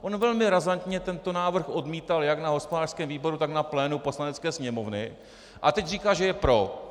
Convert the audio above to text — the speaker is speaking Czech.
On velmi razantně tento návrh odmítal jak na hospodářském výboru, tak na plénu Poslanecké sněmovny, a teď říká, že je pro.